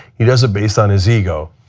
he does it based on his ego.